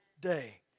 day